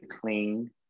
clean